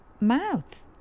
mouth